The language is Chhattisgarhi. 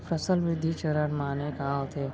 फसल वृद्धि चरण माने का होथे?